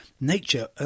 nature